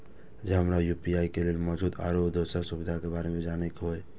जब हमरा यू.पी.आई के लिये मौजूद आरो दोसर सुविधा के बारे में जाने के होय?